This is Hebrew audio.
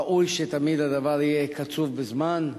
ראוי שתמיד הדבר יהיה קצוב בזמן.